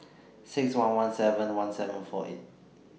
six one one seven one seven four eight